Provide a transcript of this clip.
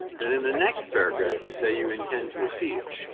then in the next paragraph you say you intend to appeal.